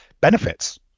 benefits